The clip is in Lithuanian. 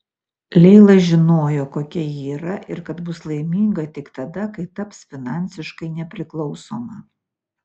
leila žinojo kokia ji yra ir kad laiminga bus tik tada kai taps finansiškai nepriklausoma